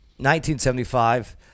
1975